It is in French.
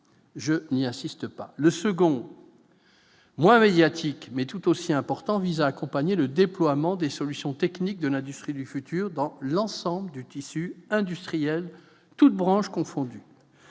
je n'y assiste pas le second moins médiatique mais tout aussi important, vise à accompagner le déploiement des solutions techniques de l'industrie du futur dans l'ensemble du tissu industriel, toutes branches confondues